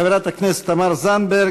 חברת הכנסת תמר זנדברג.